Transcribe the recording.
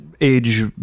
age